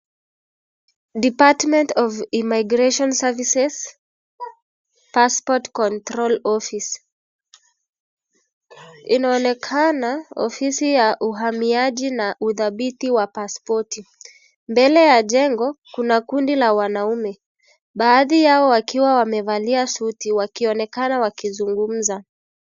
(CS)Department of Immigration Services, Passport Control Office(CS), inaonekana ofisi ya uhamiaji na udhabiti wa pasipoti. Mbele ya jengo, kuna kundi la wanaume. Baadhi yao wakiwa wamevalia suti wakionekana wakizungumza.